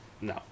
No